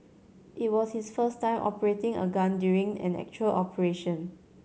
it was his first time operating a gun during an actual operation